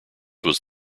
was